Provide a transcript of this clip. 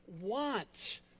want